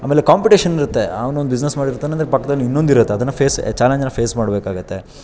ಆಮೇಲೆ ಕಂಪುಟೇಷನ್ ಇರುತ್ತೆ ಅವ್ನು ಒಂದು ಬಿಸ್ನೆನ್ ಮಾಡಿರ್ತಾನೆ ಅಂದರೆ ಪಕ್ದಲ್ಲಿ ಇನ್ನೊಂದು ಇರುತ್ತೆ ಅದನ್ನು ಫೇಸ್ ಚಾಲೆಂಜನ್ನು ಫೇಸ್ ಮಾಡಬೇಕಾಗತ್ತೆ